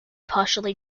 partially